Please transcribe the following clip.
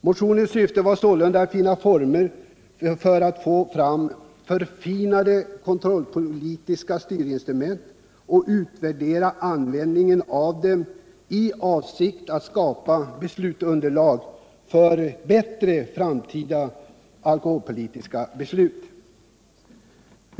Motionens syfte är sålunda att finna former för förfinade kontrollpolitiska styrinstrument och utvärdera användningen av dem i avsikt att skapa underlag för framtida alkoholpolitiska beslut.